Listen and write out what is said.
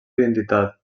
identitat